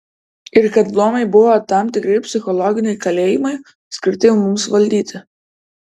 ir kad luomai buvo tam tikri psichologiniai kalėjimai skirti mums valdyti